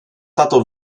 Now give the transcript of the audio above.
tato